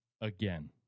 again